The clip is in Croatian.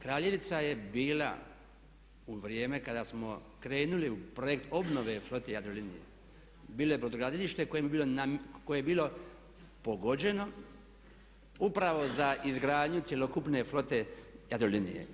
Kraljevica je bila u vrijeme kada smo krenuli u projekt obnove flote Jadrolinije, bilo je brodogradilište koje je bilo pogođeno upravo za izgradnju cjelokupne flote Jadrolinije.